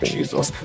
Jesus